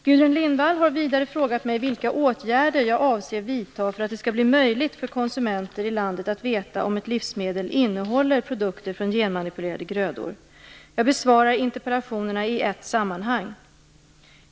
Gudrun Lindvall har vidare frågat mig vilka åtgärder jag avser vidta för att det skall bli möjligt för konsumenter i landet att veta om ett livsmedel innehåller produkter från genmanipulerade grödor. Jag besvarar interpellationerna i ett sammanhang.